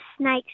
snake's